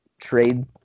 trade